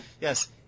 yes